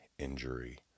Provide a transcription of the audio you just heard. injury